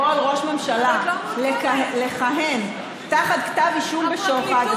יכול ראש ממשלה לכהן תחת כתב אישום בשוחד,